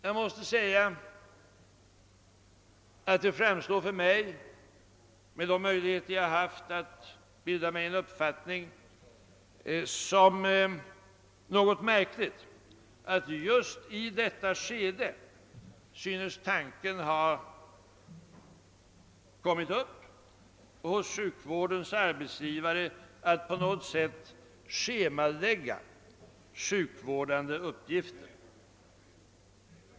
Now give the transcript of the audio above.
Jag måste säga att det framstår för mig, med de möjligheter jag har haft att bilda mig en uppfattning, som något märkligt att sjukvårdens arbetsgivare just i detta skede fått tanken att på något sätt schemalägga sjukvårdande upp gifter.